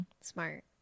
Smart